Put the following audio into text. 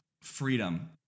freedom